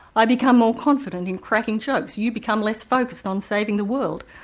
i become more confident in cracking jokes, you become less focused on saving the world,